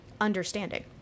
understanding